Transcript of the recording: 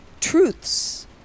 truths